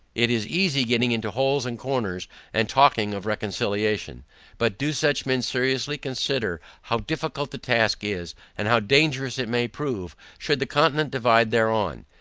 it is easy getting into holes and corners and talking of reconciliation but do such men seriously consider, how difficult the task is, and how dangerous it may prove, should the continent divide thereon.